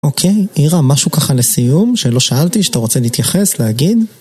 אוקיי, אירה, משהו ככה לסיום, שלא שאלתי שאתה רוצה להתייחס, להגיד?